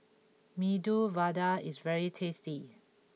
Medu Vada is very tasty